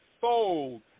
sold